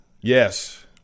Yes